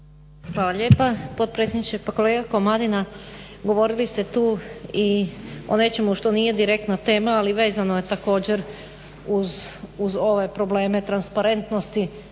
Hvala lijepa potpredsjedniče. Pa kolega Komadina, govorili ste tu i o nečemu što nije direktna tema ali vezano je također uz ove probleme transparentnosti,